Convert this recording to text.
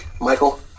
Michael